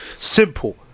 simple